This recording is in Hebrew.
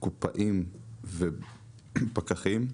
קופאים ופקחים.